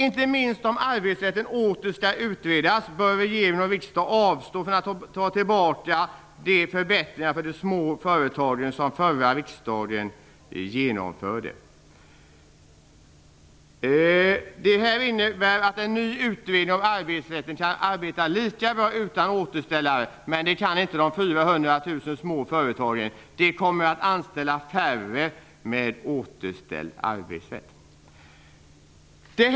Inte minst om arbetsrätten åter skall utredas bör regering och riksdag avstå från att ta tillbaka de förbättringar för de små företagen som förra riksdagen genomförde. Det här innebär att en ny utredning om arbetsrätten kan arbeta lika bra utan återställd arbetsrätt, men det kan inte de 400 000 små företagen. De kommer att anställa färre med återställd arbetsrätt.